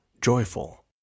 joyful